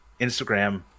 Instagram